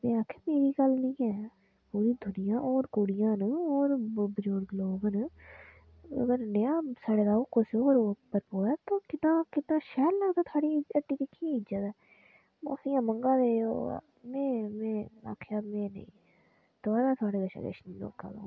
में उ'नेंगी आखेआ इन्नी दुनिया ऐ शरीफ लोग न एह् नेहा सड़े दा बंदा रक्खे दा तुसे तुं'दी हट्टी दा नां खराब करै दा ऐ बस माफियां मंगा दे हे में आखेआ में नेईं दबारा थुआढ़े कशा किश नेईं मंगोआना